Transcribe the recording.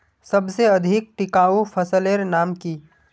सबसे अधिक टिकाऊ फसलेर नाम की?